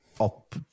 up